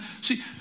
see